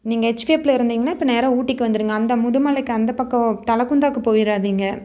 நீங்கள் எச்சிஎஃப்ல இருந்தீங்கனால் இப்போ நேராக ஊட்டிக்கு வந்துடுங்க அந்த முதுமலைக்கு அந்த பக்கம் தலகுந்தாவுக்கு போய்றாதீங்க